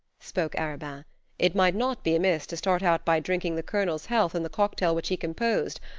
spoke arobin, it might not be amiss to start out by drinking the colonel's health in the cocktail which he composed,